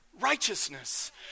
righteousness